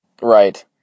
Right